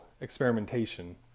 experimentation